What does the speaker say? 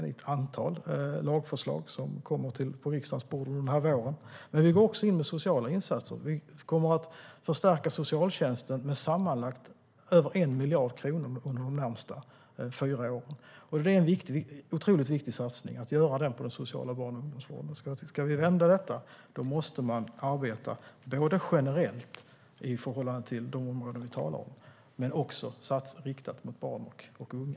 Det är ett antal lagförslag som kommer till riksdagens bord under våren, men vi går också in med sociala insatser. Vi kommer att förstärka socialtjänsten med sammanlagt över 1 miljard kronor under de närmaste fyra åren. Det är en otroligt viktig satsning på den sociala barn och ungdomsvården. Ska vi vända detta måste man arbeta både generellt på till de områden vi talar om och med riktade satsningar mot barn och unga.